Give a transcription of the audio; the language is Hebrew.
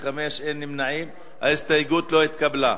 ההסתייגות של חברי הכנסת ניצן הורוביץ ואילן גילאון לסעיף 1 לא נתקבלה.